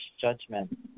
judgment